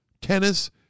tennis